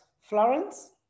Florence